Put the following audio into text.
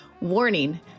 Warning